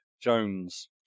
Jones